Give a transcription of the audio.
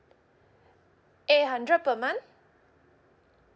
eight hundred per month